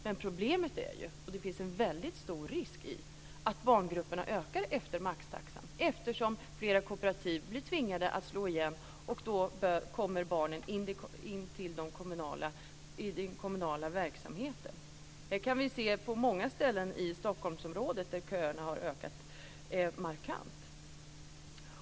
Men problemet är ju att det finns en väldigt stor risk för att barngrupperna blir större när maxtaxan har införts, eftersom fler kooperativ blir tvingade att slå igen, och då kommer dessa barn till den kommunala verksamheten. Det kan vi se på många ställen i Stockholmsområdet där köerna har ökat markant.